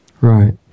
Right